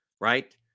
right